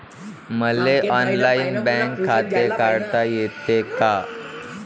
मले online bank खाते काढता येते का?